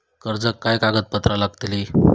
कर्जाक काय कागदपत्र लागतली?